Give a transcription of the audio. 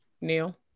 Neil